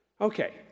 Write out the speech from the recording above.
Okay